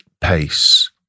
pace